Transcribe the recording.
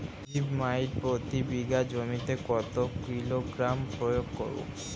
Zip মাইট প্রতি বিঘা জমিতে কত কিলোগ্রাম প্রয়োগ করব?